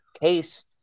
case